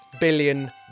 billion